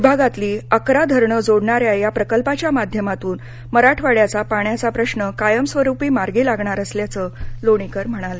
विभागातली अकरा धरणं जोडणाऱ्या या प्रकल्पाच्या माध्यमातून मराठवाङ्याचा पाण्याचा प्रश्न कायमस्वरूपी मार्गी लागणार असल्याचं लोणीकर म्हणाले